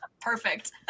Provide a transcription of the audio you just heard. Perfect